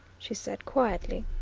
she said quietly.